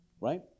Right